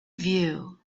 view